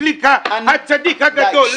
גליק הצדיק הגדול?